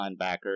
linebacker